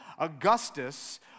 Augustus